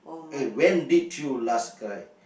eh when did you last cry